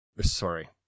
Sorry